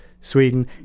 Sweden